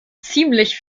ziemlich